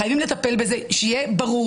חייבים לטפל בזה, שיהיה ברור.